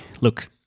look